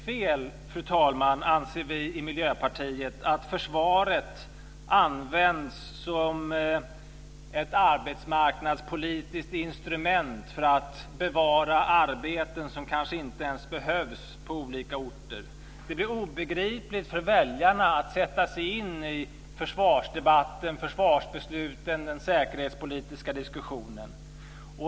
Vi i Miljöpartiet anser att det är fel att försvaret används som ett arbetsmarknadspolitiskt instrument för att bevara arbeten som kanske inte ens behövs på olika orter. Det blir omöjligt för väljarna att sätta sig in i försvarsdebatten, försvarsbesluten och den säkerhetspolitiska diskussionen.